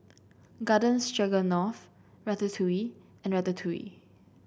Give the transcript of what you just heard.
Garden Stroganoff Ratatouille and Ratatouille